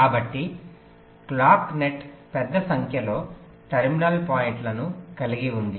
కాబట్టి clock net పెద్ద సంఖ్యలో టెర్మినల్ పాయింట్లను కలిగి ఉంది